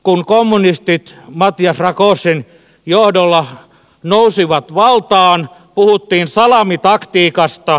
kun kommunistit matyas rakosin johdolla nousivat valtaan puhuttiin salamitaktiikasta